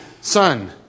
Son